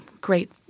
Great